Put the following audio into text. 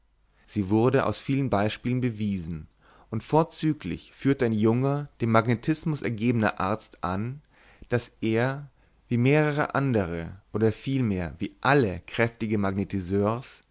sie wurde aus vielen beispielen bewiesen und vorzüglich führte ein junger dem magnetismus ergebener arzt an daß er wie mehrere andere oder vielmehr wie alle kräftige magnetiseurs